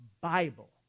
Bible